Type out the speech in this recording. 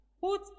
Put